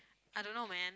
I don't know man